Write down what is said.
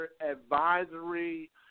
advisory